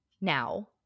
Now